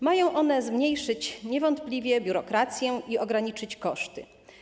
Mają one zmniejszyć niewątpliwie biurokrację i ograniczyć koszty.